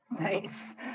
Nice